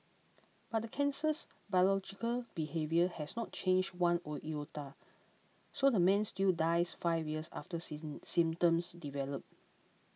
but the cancer's biological behaviour has not changed one or iota so the man still dies five years after season symptoms develop